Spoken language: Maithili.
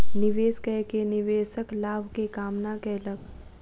निवेश कय के निवेशक लाभ के कामना कयलक